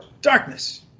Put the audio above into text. Darkness